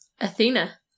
Athena